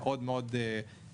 מאוד על פני הרבה שנים,